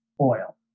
oil